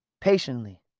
patiently